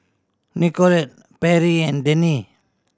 Nikole Perri and Dennie